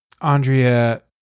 Andrea